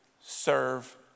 serve